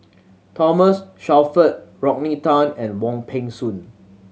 Thomas Shelford Rodney Tan and Wong Peng Soon